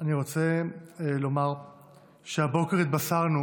אני רוצה לומר שהבוקר התבשרנו